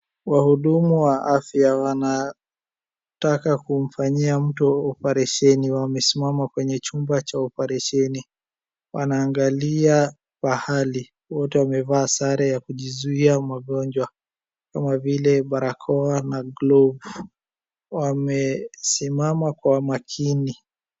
Wahudumu wa afya wanataka kumfanyia mtu oparesheni, wamesima kwenye chumba cha operesheni. Wanaangalia pahali wote wamevaa sare ya kujizuia magongwa kama vile barakoa na glovu. Wamesimama kwa makini.